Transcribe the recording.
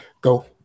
go